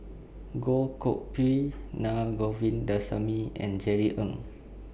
Goh Koh Pui Naa Govindasamy and Jerry Ng